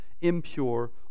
impure